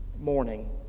morning